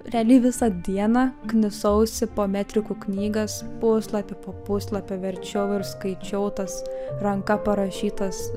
realiai visą dieną knisausi po metrikų knygas puslapį po puslapio verčiau ir skaičiau tas ranka parašytas